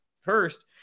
first